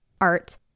art